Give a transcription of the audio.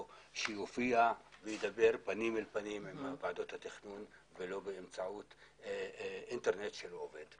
שיופיע וידבר פנים אל פנים עם ועדות התכנון ולא באמצעות אינטרנט שלא עובד.